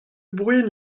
bruit